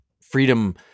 freedom